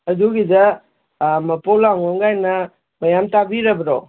ꯑꯗꯨꯒꯤꯗ ꯃꯄꯣꯛ ꯂꯥꯡꯉꯣꯟ ꯀꯥꯏꯅ ꯃꯌꯥꯝ ꯇꯥꯕꯤꯔꯕ꯭ꯔꯣ